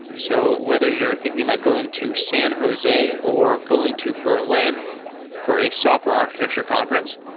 so whether you're thinking about going to san jose or going to berlin for a software architecture conference,